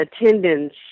attendance